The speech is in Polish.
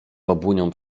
babunią